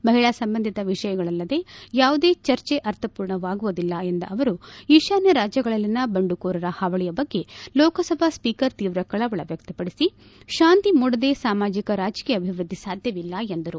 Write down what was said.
ಮಹಿಳಾ ಸಂಬಂಧಿತ ವಿಷಯಗಳಲ್ಲದೆ ಯಾವುದೇ ಚರ್ಚೆ ಅರ್ಥಪೂರ್ಣವಾಗುವುದಿಲ್ಲ ಎಂದ ಅವರು ಈಶಾನ್ಯ ರಾಜ್ಞಗಳಲ್ಲಿನ ಬಂಡುಕೋರರ ಹಾವಳಿ ಬಗ್ಗೆ ಲೋಕಸಭಾ ಸ್ವೀಕರ್ ತೀವ್ರ ಕಳವಳಿ ವ್ಯಕ್ತಪಡಿಸಿ ಶಾಂತಿ ಮೂಡದೇ ಸಾಮಾಜಿಕ ರಾಜಕೀಯ ಅಭಿವೃದ್ದಿ ಸಾಧ್ಯವಿಲ್ಲ ಎಂದರು